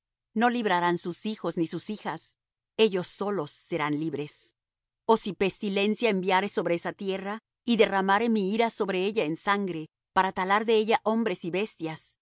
no librarán sus hijos ni sus hijas ellos solos serán libres o si pestilencia enviare sobre esa tierra y derramare mi ira sobre ella en sangre para talar de ella hombres y bestias